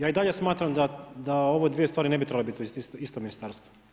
Ja i dalje smatram da ove dvije stvari ne bi trebale biti u istom ministarstvu.